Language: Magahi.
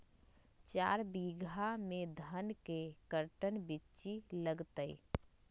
चार बीघा में धन के कर्टन बिच्ची लगतै?